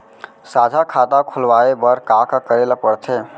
साझा खाता खोलवाये बर का का करे ल पढ़थे?